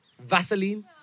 Vaseline